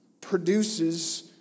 produces